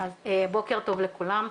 (הצגת מצגת) בוקר טוב לכולם,